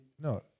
No